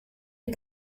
les